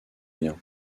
bien